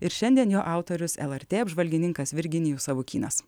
ir šiandien jo autorius lrt apžvalgininkas virginijus savukynas